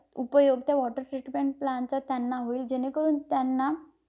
उपयोग त्या water treatment प्लानचा त्यांना होईल जेणेकरून त्यांना